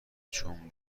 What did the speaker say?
چون